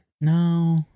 no